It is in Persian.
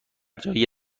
جایی